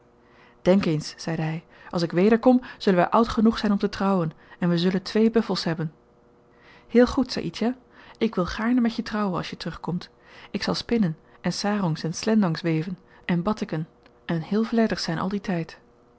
denk eens zeide hy als ik wederkom zullen wy oud genoeg zyn om te trouwen en we zullen twee buffels hebben heel goed saïdjah ik wil gaarne met je trouwen als je terugkomt ik zal spinnen en sarongs en slendangs weven en batikken en heel vlytig zyn al dien tyd